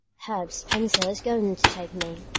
herb spencer's going to take me.